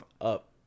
up